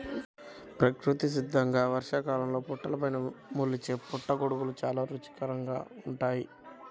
ప్రకృతి సిద్ధంగా వర్షాకాలంలో పుట్టలపైన మొలిచే పుట్టగొడుగులు చాలా రుచికరంగా ఉంటాయి